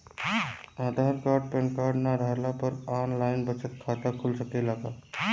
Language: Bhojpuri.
आधार कार्ड पेनकार्ड न रहला पर आन लाइन बचत खाता खुल सकेला का?